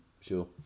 Sure